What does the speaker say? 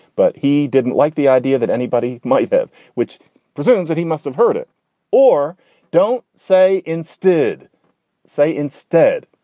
but he didn't like the idea that anybody might have which presumes that he must have heard it or don't say instead say instead.